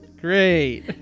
Great